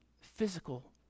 physical